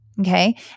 Okay